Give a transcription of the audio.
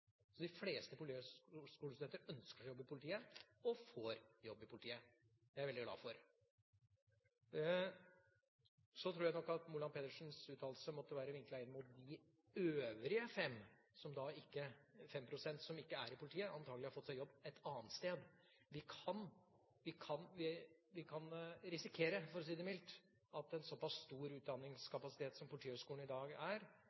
Så de fleste politihøyskolestudenter ønsker å jobbe i politiet og får jobb i politiet. Det er jeg veldig glad for. Så tror jeg nok at Moland Pedersens uttalelse må ha vært vinklet inn mot de øvrige 0,5 pst. som ikke er i politiet, og som antakelig har fått seg jobb annet sted. Vi kan risikere – for å si det mildt – at en såpass stor utdanningskapasitet som Politihøgskolen i dag er,